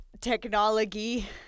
technology